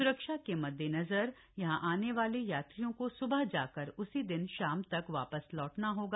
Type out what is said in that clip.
स्रक्षा के मद्देनजर टिम्मरसैंण जाने वाले यात्रियों को सुबह जाकर उसी दिन शाम तक वापस लौटना होगा